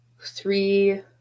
three